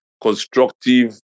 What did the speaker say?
constructive